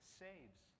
saves